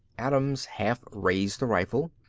adams half raised the rifle.